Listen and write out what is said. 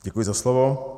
Děkuji za slovo.